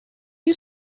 you